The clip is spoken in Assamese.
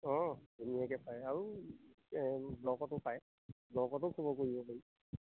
অঁ ধুনীয়াকে পায় আৰু ব্লকতো পায় ব্লকতো খবৰ কৰিব পাৰি